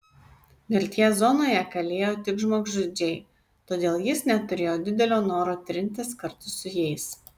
mirties zonoje kalėjo tik žmogžudžiai todėl jis neturėjo didelio noro trintis kartu su jais